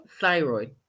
thyroid